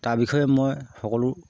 তাৰ বিষয়ে মই সকলো